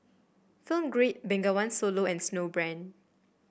Film Grade Bengawan Solo and Snowbrand